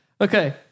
Okay